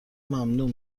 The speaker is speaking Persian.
ممنوع